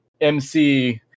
MC